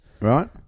Right